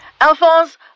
Alphonse